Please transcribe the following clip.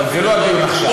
אבל זה לא הדיון עכשיו.